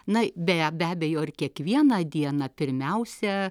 na beje be abejo ir kiekvieną dieną pirmiausia